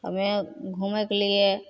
हमे घुमैके लिए